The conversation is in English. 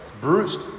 bruised